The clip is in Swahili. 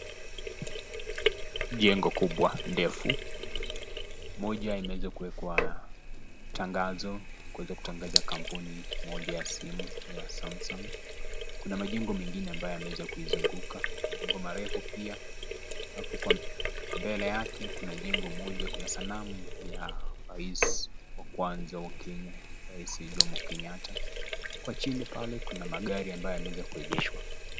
Jengo kubwa ndefu. Moja imeweza kuwekwa tangazo kuweza kutangaza kampuni moja ya simu ya 'Samsung' . Kuna majengo mengine ambayo yameweza kuizunguka, majengo marefu pia. Alafu kwa mbele yake kuna jengo moja, kuna sanamu ya rais wa kwanza wa Kenya rais Mzee Jomo Kenyatta. Kwa chini pale kuna magari ambayo yameweza kuegeshwa.